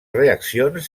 reaccions